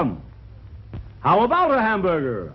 a how about a hamburger